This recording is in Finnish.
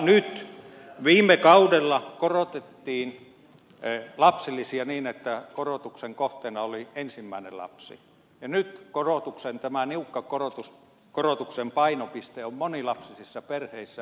nyt viime kaudella korotettiin lapsilisiä niin että korotuksen kohteena oli ensimmäinen lapsi ja nyt tämän niukan korotuksen painopiste on monilapsisissa perheissä